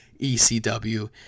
ECW